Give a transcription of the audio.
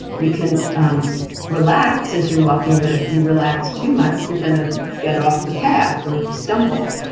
you can um relax as you're walking but if you relax too much, you're gonna get off the path or stumble.